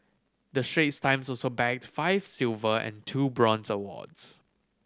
the Straits Times also bagged five silver and two bronze awards